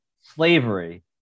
slavery